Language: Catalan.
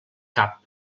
cap